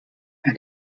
and